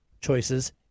choices